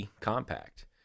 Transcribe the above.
Compact